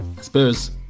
Spurs